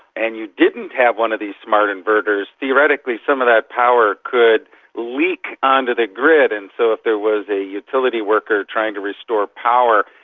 and you didn't have one of these smart inverters, theoretically some of that power could leak onto the grid. and so if there was a utility worker trying to restore power,